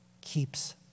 keeps